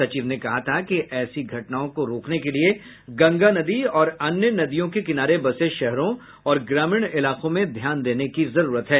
सचिव ने कहा था कि ऐसी घटनाओं को रोकने के लिए गंगा नदी और अन्य नदियों के किनारे बसे शहरों और ग्रामीण इलाकों में ध्यान देने की जरूरत है